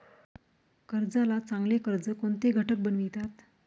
कर्जाला चांगले कर्ज कोणते घटक बनवितात?